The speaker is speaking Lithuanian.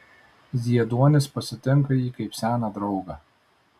zieduonis pasitinka jį kaip seną draugą